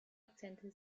akzente